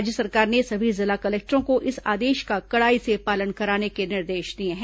राज्य सरकार ने सभी जिला कलेक्टरों को इस आदेश का कड़ाई से पालन कराने के निर्देश दिए हैं